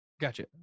Gotcha